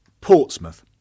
Portsmouth